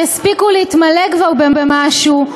שהספיקו להתמלא כבר במשהו,